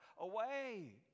away